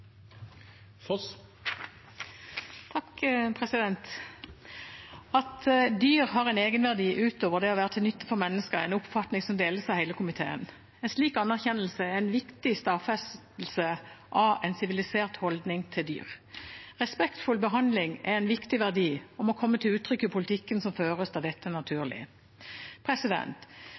At dyr har en egenverdi utover det å være til nytte for mennesker, er en oppfatning som deles av hele komiteen. En slik anerkjennelse er en viktig stadfestelse av en sivilisert holdning til dyr. Respektfull behandling er en viktig verdi og må komme til uttrykk i politikken som føres, der dette er naturlig.